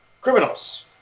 criminals